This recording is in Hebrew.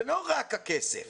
זה לא רק הכסף,